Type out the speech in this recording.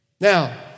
Now